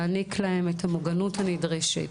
להעניק להם את המוגנות הנדרשת,